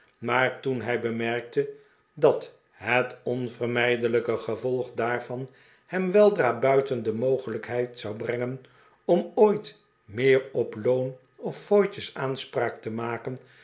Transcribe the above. maar toen hij bemerkte dat het onvermijdelijke ge volg daarvan hem weldra buiten de mogelijkheid zou brengen om ooit meer op loon of fooites aanspraak te maken